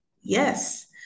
Yes